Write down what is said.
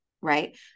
right